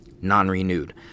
non-renewed